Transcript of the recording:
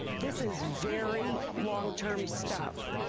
this is very long-term stuff.